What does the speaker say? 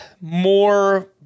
more